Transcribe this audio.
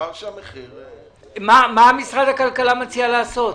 מה מציע משרד הכלכלה לעשות?